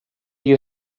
you